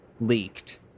leaked